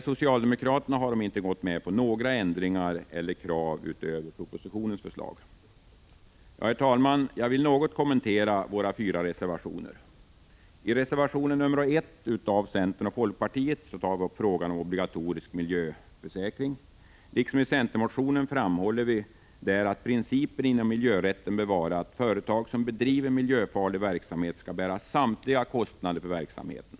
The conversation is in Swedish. Socialdemokraterna har inte gått med på några ändringar eller krav utöver propositionens förslag. Herr talman! Jag vill något kommentera våra fyra reservationer. I reservation 1 av centern och folkpartiet tar vi upp frågan om obligatorisk miljöskyddsförsäkring. Liksom i centermotionen framhåller vi där att principen inom miljörätten bör vara att företag som bedriver miljöfarlig verksamhet skall bära samtliga kostnader för verksamheten.